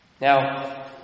Now